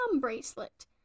bracelet